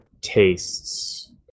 tastes